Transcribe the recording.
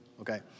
Okay